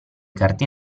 carte